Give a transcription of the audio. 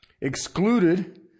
excluded